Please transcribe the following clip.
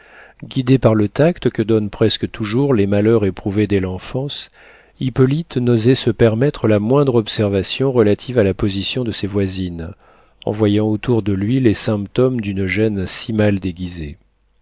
guidé par le tact que donnent presque toujours les malheurs éprouvés dès l'enfance hippolyte n'osait se permettre la moindre observation relative à la position de ses voisines en voyant autour de lui les symptômes d'une gêne si mal déguisée